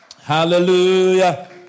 Hallelujah